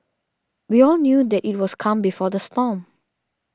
we all knew that it was calm before the storm